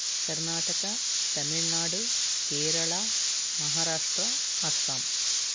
Karnataka Tamil Nadu Kerala Maharashtra Assam